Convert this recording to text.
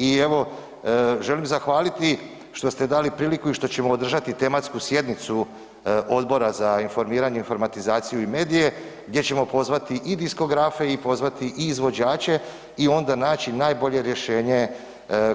I evo želim zahvaliti što ste dali priliku i što ćemo održati tematsku sjednicu Odbora za informiranje, informatizaciju i medije gdje ćemo pozvati i diskografe i pozvati i izvođače i onda naći najbolje rješenje